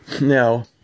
Now